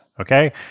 okay